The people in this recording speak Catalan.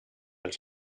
els